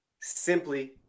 simply